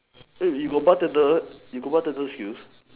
eh you got bartender you got bartender skills